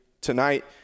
tonight